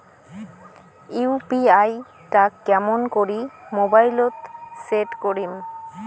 UPI টা কেমন করি মোবাইলত সেট করিম?